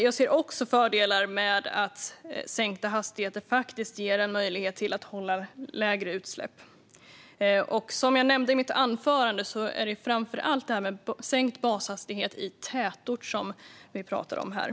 Jag ser också fördelar med att sänkta hastigheter ger en möjlighet till lägre utsläpp. Som jag nämnde i mitt anförande är det framför allt sänkt bashastighet i tätort som vi talar om här.